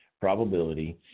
probability